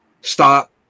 stop